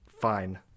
fine